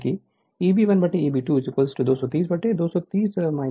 यानी Eb1Eb 2 230 230 10 Ia2 होगा